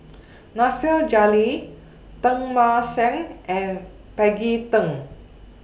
Nasir Jalil Teng Mah Seng and Maggie Teng